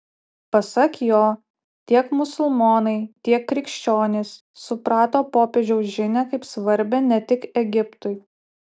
pasak jo tiek musulmonai tiek krikščionys suprato popiežiaus žinią kaip svarbią ne tik egiptui